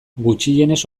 gutxienez